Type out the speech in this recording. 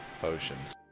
potions